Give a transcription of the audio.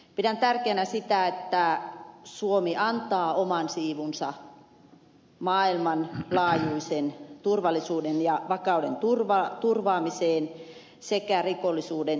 pidän tärkeänä sitä että suomi antaa oman siivunsa maailmanlaajuisen turvallisuuden ja vakauden turvaamiseen sekä rikollisuuden torjumiseen